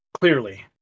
Clearly